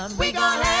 ah we got a